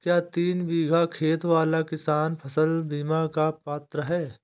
क्या तीन बीघा खेत वाला किसान फसल बीमा का पात्र हैं?